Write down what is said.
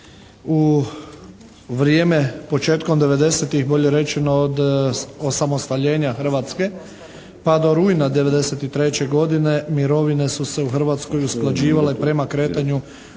U vrijeme početkom 90-tih, bolje rečeno od osamostaljenja Hrvatske pa do rujna '93. godine mirovine su se u Hrvatskoj usklađivale prema kretanju